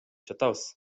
жатабыз